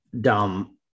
dumb